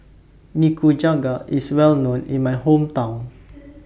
Nikujaga IS Well known in My Hometown